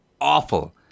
awful